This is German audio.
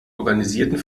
organisierten